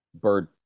Bird